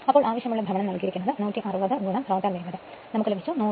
അപ്പോൾ ആവശ്യമുള്ള ഭ്രമണം നൽകിയിരിക്കുന്നത് 160 റോട്ടർ വേഗത നമുക്ക് ലഭിച്ചു 100